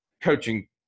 coaching